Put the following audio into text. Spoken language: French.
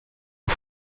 aux